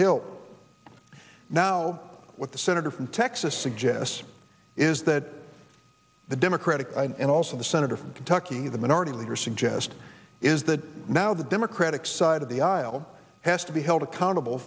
hill now what the senator from texas suggests is that the democratic and also the senator from kentucky the minority leader suggest is that now the democratic side of the aisle has to be held accountable